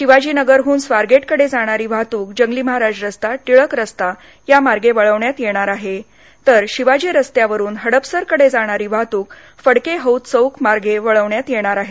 शिवाजीनगरहून स्वारगेटकडे जाणारी वाहतूक जंगली महाराज रस्ता टिळक रस्ता मार्गे वळवण्यात येणार आहे तर शिवाजी रस्त्यावरून हडपसरकडे जाणारी वाहतूक फडके हौद चौक मार्गे वळवण्यात येणार आहे